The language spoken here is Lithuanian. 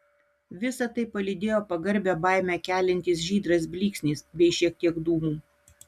visa tai palydėjo pagarbią baimę keliantis žydras blyksnis bei šiek tiek dūmų